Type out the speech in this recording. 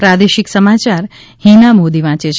પ્રાદેશિક સમાયાર ફિના મોદી વાંચ છે